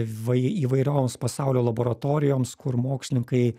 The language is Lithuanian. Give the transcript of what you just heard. vai įvairioms pasaulio laboratorijoms kur mokslininkai